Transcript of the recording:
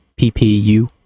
PPU